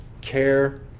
care